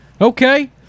Okay